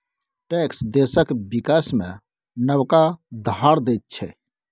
tax देशक बिकास मे नबका धार दैत छै